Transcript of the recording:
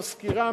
משכירה,